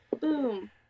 Boom